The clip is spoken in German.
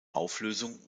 auflösung